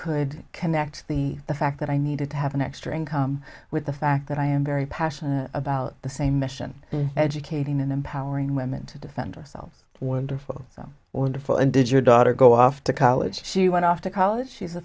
could connect the fact that i needed to have an extra income with the fact that i am very passionate about the same mission educating and empowering women to defend ourselves wonderful so wonderful and did your daughter go off to college she went off to college she